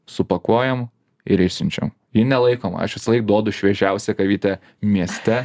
supakuojam ir išsiunčiam ji nelaikoma aš visąlaik duodu šviežiausią karvytę mieste